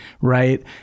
right